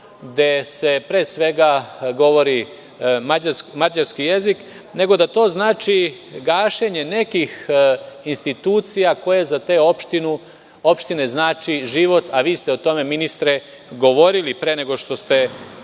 gde se pre svega govori mađarski jezik, nego da to znači gašenje nekih institucija koje za te opštine znači život, a vi ste o tome ministre govorili pre nego što ste